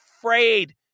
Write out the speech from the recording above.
afraid